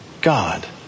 God